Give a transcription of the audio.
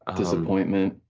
disappointment.